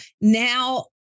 now